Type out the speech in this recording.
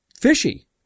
fishy